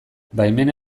baimena